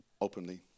openly